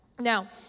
Now